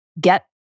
get